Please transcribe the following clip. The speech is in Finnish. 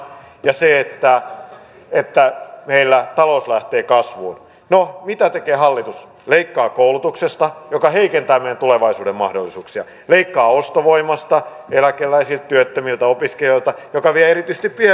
ja että että meillä talous lähtee kasvuun no mitä tekee hallitus leikkaa koulutuksesta mikä heikentää meidän tulevaisuuden mahdollisuuksia leikkaa ostovoimasta eläkeläisiltä työttömiltä opiskelijoilta mikä vie erityisesti